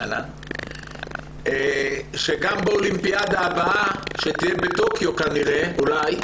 נעמה קונסטנטיני שגם באולימפיאדה הבאה שתהיה בטוקיו אולי,